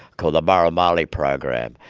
called the marumali program,